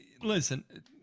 listen